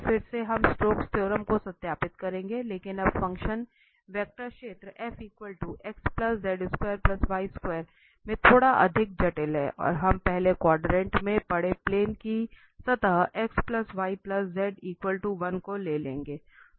फिर से हम स्टोक्स थ्योरम को सत्यापित करेंगे लेकिन अब फ़ंक्शन वेक्टर क्षेत्र में थोड़ा अधिक जटिल है और हम पहले क्वाड्रेंट में पड़े प्लेन की सतह xyz1 को ले लेंगे